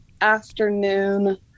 afternoon